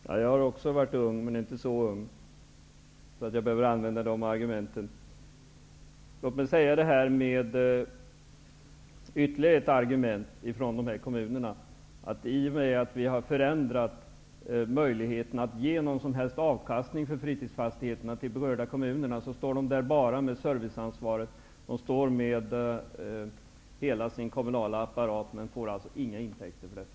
Fru talman! Jag har också varit ung men inte så ung att jag behövt använda sådana argument som Richard Ulfvengren tar till här. Låt mig framföra ytterligare ett argument från de kommuner som jag talade om förut. I och med att vi har tagit ifrån kommunerna möjligheten att få några som helst intäkter från fritidsfastigheter står kommunerna enbart med serviceansvaret. De ställer upp med hela sin kommunala apparat men får inga inkomster för detta.